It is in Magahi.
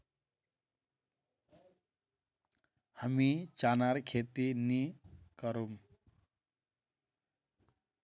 हमीं चनार खेती नी करुम